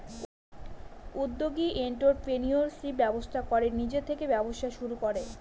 উদ্যোগী এন্ট্ররপ্রেনিউরশিপ ব্যবস্থা করে নিজে থেকে ব্যবসা শুরু করে